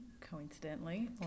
coincidentally